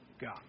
God